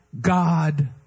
God